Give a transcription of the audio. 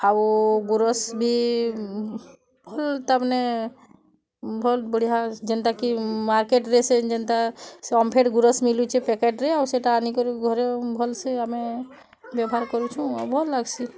ଆଉ ଗୋରସ୍ ବି ଭଲ୍ ତାମାନେ ଭଲ୍ ବଢ଼ିଆ ଯେନ୍ତା କି ମାର୍କେଟ୍ରେ ସେ ଯେନ୍ତା ସେ ଓମ୍ଫେଡ଼୍ ଗୋରସ୍ ମିଲୁଛି ପ୍ୟାକେଟ୍ରେ ଆଉ ସୋଟା ଆଣି କିରି ଘରେ ଭଲ ସେ ଆମେ ବ୍ୟବହାର କରୁଛୁଁ ଆଇ ଭଲ୍ ଲାଗ୍ସି